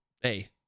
hey